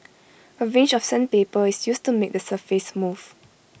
A range of sandpaper is used to make the surface smooth